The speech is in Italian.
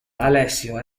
alessio